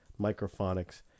microphonics